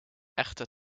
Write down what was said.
echte